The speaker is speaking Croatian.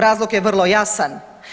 Razlog je vrlo jasan.